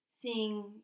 seeing